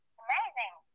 amazing